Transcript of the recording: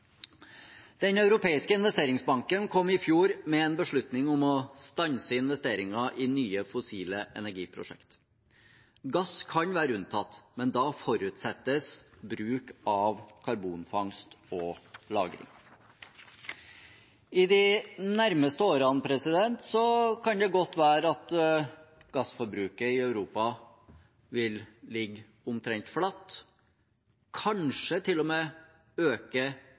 Den europeiske investeringsbanken kom i fjor med en beslutning om å stanse investeringer i nye fossile energiprosjekt. Gass kan være unntatt, men da forutsettes bruk av karbonfangst og - lagring. I de nærmeste årene kan det godt være at gassforbruket i Europa vil ligge omtrent flatt, kanskje til og med øke